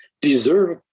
deserve